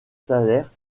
salaires